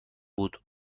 بود